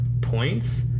points